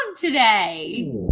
today